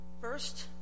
First